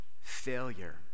failure